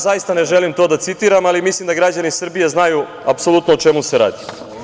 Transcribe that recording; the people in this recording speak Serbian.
Zaista, ja ne želim to da citiram, ali mislim da građani Srbije znaju o čemu se radi.